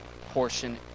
portion